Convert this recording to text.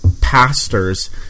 pastors